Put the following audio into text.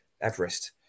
Everest